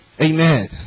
amen